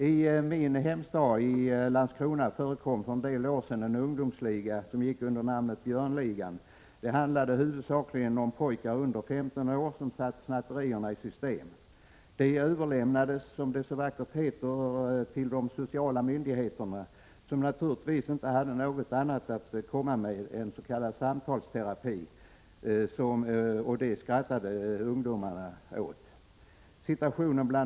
I min hemstad Landskrona förekom för en del år sedan en ungdomsliga som gick under namnet Björnligan. Det handlade huvudsakligen om pojkar under 15 år som hade satt snattandet i system. Pojkarna överlämnades — som det så vackert heter — till de sociala myndigheterna, som naturligtvis inte hade något annat att komma med än s.k. samtalsterapi och det skrattade ungdomarna enbart åt.